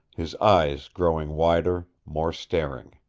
his eyes growing wider, more staring.